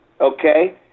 okay